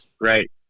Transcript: Right